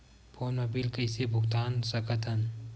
Phone मा bill कइसे भुक्तान साकत हन?